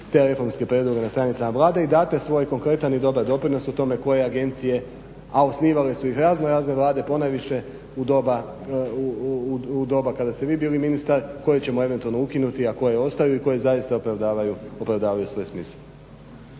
te reformske prijedloge na stranicama Vlade i date svoj konkretan i dobar doprinos u tome koje agencije, a osnivale su ih raznorazne Vlade, ponajviše u doba kada ste vi bili ministar, koje ćemo eventualno ukinuti, a koje ostaviti, koje zaista opravdavaju svoj smisao.